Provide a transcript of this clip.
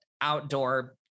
outdoor